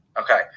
Okay